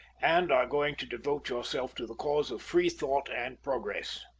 and are going to devote yourself to the cause of free thought and progress?